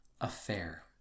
affair